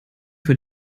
für